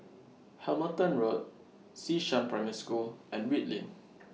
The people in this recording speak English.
Hamilton Road Xishan Primary School and Whitley